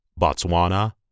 Botswana